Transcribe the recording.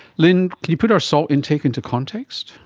lynne, can you put our salt intake into context?